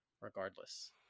regardless